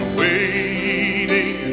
waiting